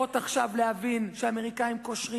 תיאות עכשיו להבין שהאמריקנים קושרים.